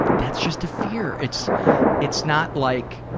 that's just a fear. it's it's not like,